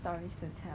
yeah yeah yeah